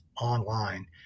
online